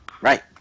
Right